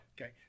Okay